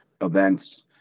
events